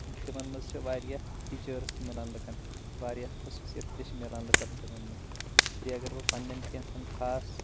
تِمن منٛز چھِ واریاہ فیٖچٲرٕز تہِ مِلان لُکَن واریاہ خۄصوٗصِیَت تہِ چھِ مَلان لُکَن تِمن منٛز بیٚیہِ اگر بہٕ پَننٮ۪ن کیٚنٛژَن خاص